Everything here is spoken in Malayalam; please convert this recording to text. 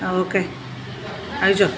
ആ ഓക്കെ അയച്ചോ